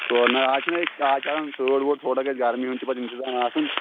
ہور نَے آز چھُنہ ییٚتہِ آز چھِ آسان تۭر وۭر تھوڑا گژھِ گرمی ہُنٛد تہِ پتہٕ اِنتظام آسُن